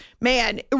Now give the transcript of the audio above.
man